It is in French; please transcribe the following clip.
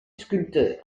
sculpteurs